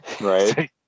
Right